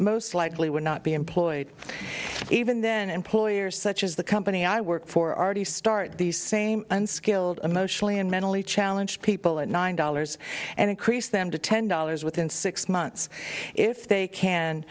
most likely would not be employed even then employers such as the company i work for already start these same unskilled emotionally and mentally challenged people at nine dollars and increase them to ten dollars within six months if they can